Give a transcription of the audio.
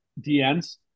DNs